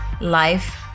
life